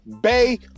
Bay